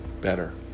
better